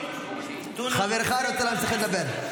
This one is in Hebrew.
חברך רוצה להתחיל לדבר.